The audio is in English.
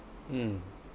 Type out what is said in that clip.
mm